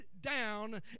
down